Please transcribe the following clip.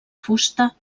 fusta